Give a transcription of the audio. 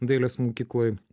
dailės mokykloj